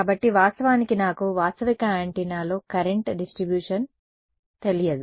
కాబట్టి వాస్తవానికి నాకు వాస్తవిక యాంటెన్నాలో కరెంట్ డిస్ట్రిబ్యూషన్తెలియదు